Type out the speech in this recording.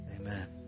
Amen